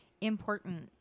important